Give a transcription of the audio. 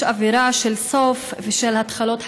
יש אווירה של סוף ושל התחלות חדשות.